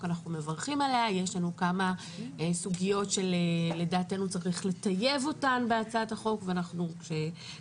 יש לנו כמה סוגיות שלדעתנו צריך לטייב אותן בהצעת החוק וגם